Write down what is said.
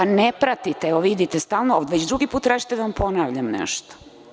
Pa, ne pratite, vidite, već drugi put tražite da vam ponavljam nešto.